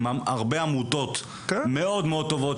עם הרבה עמותות מאוד טובות,